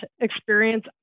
experience